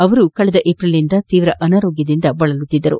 ಅವರು ಕಳೆದ ಏಪ್ರಿಲ್ನಿಂದ ತೀವ್ರ ಅನಾರೋಗ್ಯದಿಂದ ಬಳಲುತ್ತಿದ್ದರು